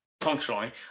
functionally